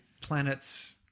planets